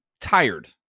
tired